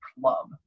club